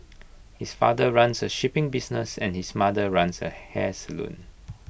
his father runs A shipping business and his mother runs A hair salon